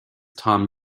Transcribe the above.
tom